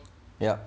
ya